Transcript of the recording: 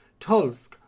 Tulsk